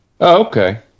Okay